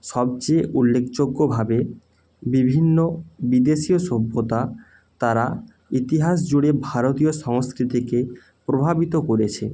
সবচেয়ে উল্লেখযোগ্যভাবে বিভিন্ন বিদেশীয় সভ্যতা তারা ইতিহাস জুড়ে ভারতীয় সংস্কৃতিকে প্রভাবিত করেছে